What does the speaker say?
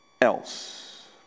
else